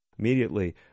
Immediately